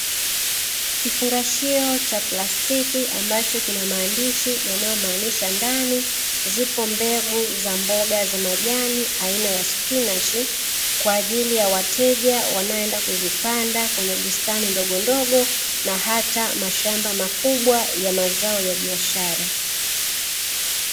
Kifungashio cha plastiki kinachoonyesha ndani kuna zao la aina ya spinachi kwaajili ya.mkulima kwenda kupanda kwenye mashamba makubwa yale ya nyumbani